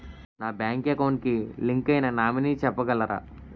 నా bank account కి link అయినా నామినీ చెప్పగలరా?